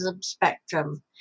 spectrum